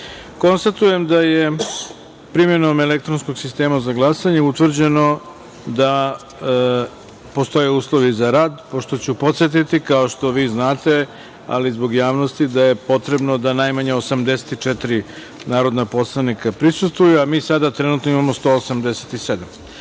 sali. Konstatujem da je primenom elektronskog sistema za glasanje utvrđeno da postoje uslovi za rad. Pošto ću podsetiti, kao što vi znate, ali zbog javnosti, da je potrebno da najmanje 84 narodna poslanika prisustvuje, a mi sada trenutno imamo